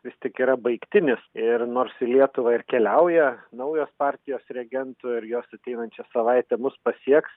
vis tik yra baigtinis ir nors į lietuvą ir keliauja naujos partijos reagentų ir jos ateinančią savaitę mus pasieks